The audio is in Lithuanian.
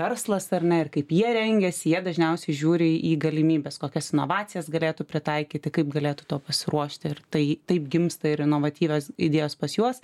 verslas ar ne ir kaip jie rengiasi jie dažniausiai žiūri į galimybes kokias inovacijas galėtų pritaikyti kaip galėtų to pasiruošti ir tai taip gimsta ir inovatyvios idėjos pas juos